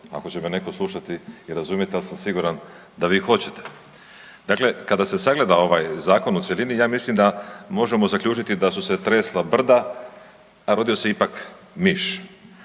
ako će me netko slušati i razumjeti, ali sam siguran da vi hoćete. Dakle, kada se sagleda ovaj zakon u sredini ja mislim da možemo zaključiti da su se tresla brda, a rodio se ipak miš.